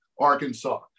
Arkansas